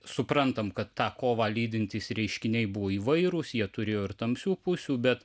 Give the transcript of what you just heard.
suprantam kad tą kovą lydintys reiškiniai buvo įvairūs jie turėjo ir tamsių pusių bet